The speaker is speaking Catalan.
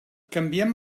canviem